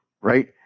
Right